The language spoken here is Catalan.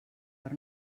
per